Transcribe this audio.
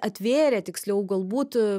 atvėrė tiksliau galbūt